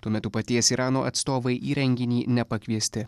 tuo metu paties irano atstovai į renginį nepakviesti